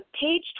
Page